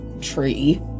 tree